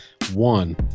One